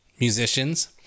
musicians